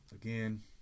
Again